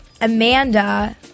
Amanda